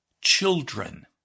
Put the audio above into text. children